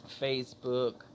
facebook